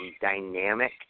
dynamic